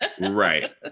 Right